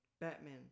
Batman